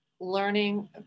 learning